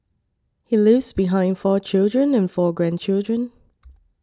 he leaves behind four children and four grandchildren